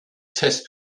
test